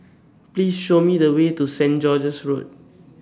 Please Show Me The Way to Saint George's Road